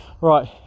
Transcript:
Right